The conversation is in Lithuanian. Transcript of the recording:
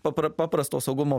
papra paprasto saugumo